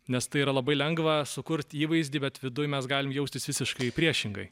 nes tai yra labai lengva sukurt įvaizdį bet viduj mes galim jaustis visiškai priešingai